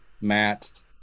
Matt